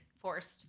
forced